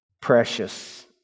precious